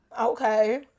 Okay